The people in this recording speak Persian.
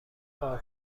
کار